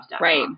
Right